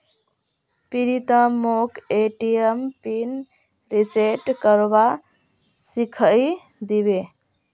प्रीतम मोक ATM pin reset करवा सिखइ दी बे